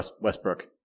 Westbrook